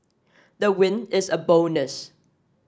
the win is a bonus